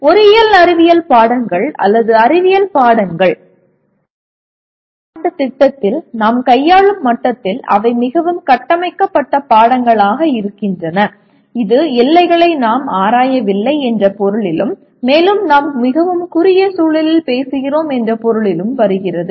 பொறியியல் அறிவியல் பாடங்கள் அல்லது அறிவியல் பாடங்கள் 4 ஆண்டு திட்டத்தில் நாம் கையாளும் மட்டத்தில் அவை மிகவும் கட்டமைக்கப்பட்ட பாடங்களாக இருக்கின்றன இது எல்லைகளை நாம் ஆராயவில்லை என்ற பொருளிலும் மேலும் நாம் மிகவும் குறுகிய சூழலில் பேசுகிறோம் என்ற பொருளிலும் வருகிறது